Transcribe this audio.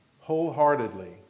wholeheartedly